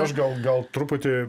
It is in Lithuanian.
aš gal gal truputį